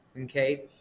okay